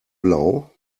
blau